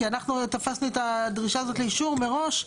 כי אנחנו תפסנו את הדרישה הזאת לאישור מראש,